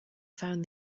found